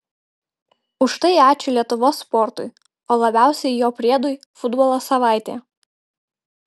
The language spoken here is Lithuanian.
už tai ačiū lietuvos sportui o labiausiai jo priedui futbolo savaitė